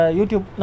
YouTube